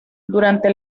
durante